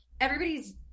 everybody's